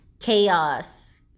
chaos